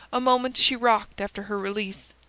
a moment she rocked after her release,